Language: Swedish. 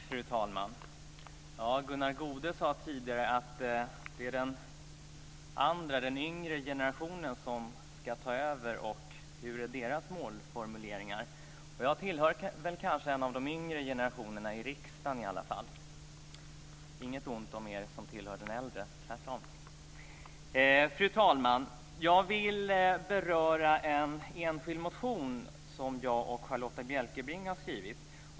Fru talman! Gunnar Goude sade tidigare att det är den andra, den yngre, generationen och dess målformuleringar som ska ta över. Jag tillhör kanske en av de yngre generationerna - i riksdagen i alla fall. Inget ont om er som tillhör den äldre - tvärtom! Fru talman! Jag vill beröra en enskild motion som jag och Charlotta Bjälkebring har skrivit.